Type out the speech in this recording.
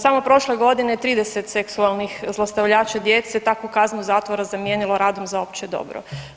Samo prošle godine 30 seksualnih zlostavljača djece takvu kaznu zatvora zamijenilo radom za opće dobro.